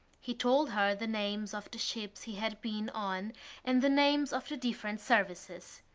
he told her the names of the ships he had been on and the names of the different services.